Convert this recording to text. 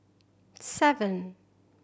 seven